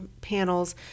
panels